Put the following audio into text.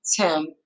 Tim